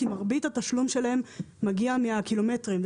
כי מרבית התשלום שלהן מגיע מהקילומטרים,